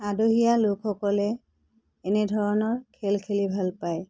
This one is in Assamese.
আদহীয়া লোকসকলে এনেধৰণৰ খেল খেলি ভাল পায়